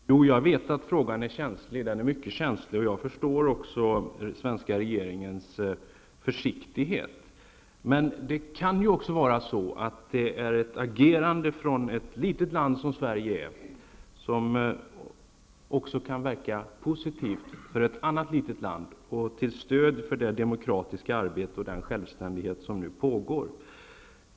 Fru talman! Jag vet att frågan är mycket känslig, och jag förstår också den svenska regeringens försiktighet. Men ett agerande från ett litet land som Sverige kan verka positivt för ett annat litet land och ses som ett stöd till det demokratiska arbete och den självständighetssträvan som nu pågår.